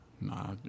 Nah